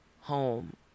home